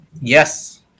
Yes